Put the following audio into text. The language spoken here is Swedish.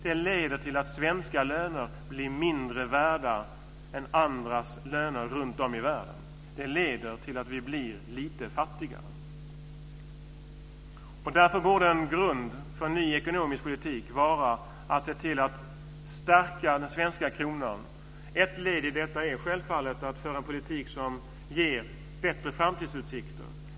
Det leder till att svenska löner blir mindre värda än andras löner runtom i världen. Det leder till att vi blir lite fattigare. Därför borde en grund för en ny ekonomisk politik vara att stärka den svenska kronan. Ett led i detta är självfallet att föra en politik som ger bättre framtidsutsikter.